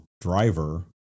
driver